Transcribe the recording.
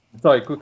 Sorry